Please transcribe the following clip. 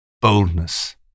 boldness